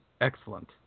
excellent